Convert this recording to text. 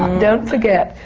don't forget,